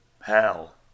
Hell